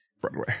Broadway